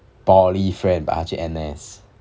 poly friend but 他去 N_S